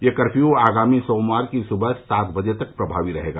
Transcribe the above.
यह कपर्यू आगामी सोमवार की सुबह सात बजे तक प्रभावी रहेगा